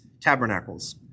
tabernacles